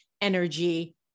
energy